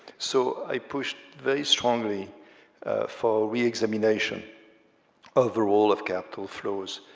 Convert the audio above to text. so i pushed very strongly for reexamination of the role of capital flows